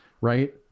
right